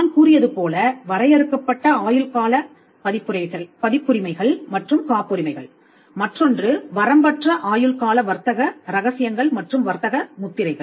நான் கூறியது போல வரையறுக்கப்பட்ட ஆயுள் கால ஐபி பதிப்புரிமைகள் மற்றும் காப்புரிமைகள் மற்றொன்று வரம்பற்ற ஆயுள்கால ஐபி வர்த்தக ரகசியங்கள் மற்றும் வர்த்தக முத்திரைகள்